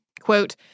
Quote